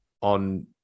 on